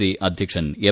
C അദ്ധ്യക്ഷൻ M